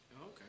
Okay